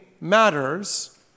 matters